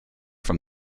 from